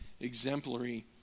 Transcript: exemplary